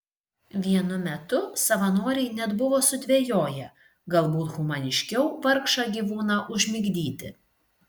vienu metu savanoriai net buvo sudvejoję galbūt humaniškiau vargšą gyvūną užmigdyti